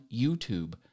YouTube